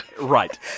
Right